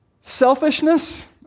selfishness